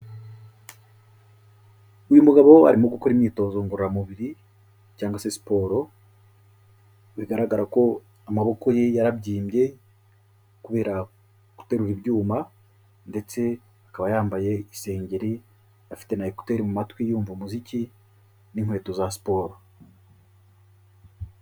Uyu mugabo arimo gukora imyitozo ngororamubiri cyangwa se siporo bigaragara ko amaboko ye yarabyimbye kubera guterura ibyuma ndetse akaba yambaye isengeri afite na ekuteri mu matwi yumva umuziki n'inkweto za siporo.